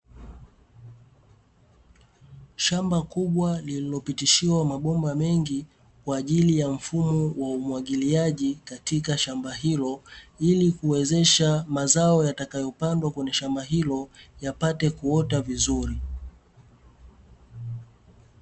Shamba kubwa lililopitishiwa mabomba mengi kwa ajili ya mfumo wa umwagiliaji katika shamba hilo, ili kuwezesha mazao yatakayopandwa kwenye shamba hilo yapate kuota vizuri.